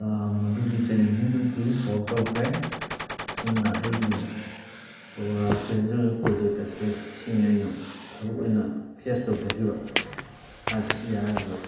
ꯃꯗꯨꯒꯤ ꯆꯦꯂꯦꯟꯖꯤꯡꯗꯨꯃꯗꯤ ꯁꯣꯜꯕ ꯇꯧꯈ꯭ꯔꯦ ꯑꯁꯨꯝꯅ ꯑꯩꯒꯤ ꯆꯦꯂꯦꯟꯖꯤꯡ ꯑꯣꯏꯕ ꯄ꯭ꯔꯣꯖꯦꯛ ꯑꯁꯦ ꯁꯤꯅꯤ ꯑꯩꯅ ꯊꯕꯛ ꯑꯣꯏꯅ ꯐꯦꯁ ꯇꯧꯖꯈꯤꯕ ꯑꯁꯤ ꯍꯥꯏꯔꯒ ꯂꯣꯏꯁꯤꯜ